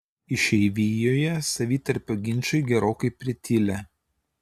išeivijoje savitarpio ginčai gerokai pritilę